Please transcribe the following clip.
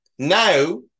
Now